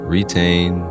Retain